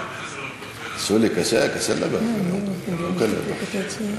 שולי, קשה לדבר אחריו, לא מקנא בך.